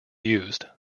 used